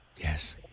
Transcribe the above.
Yes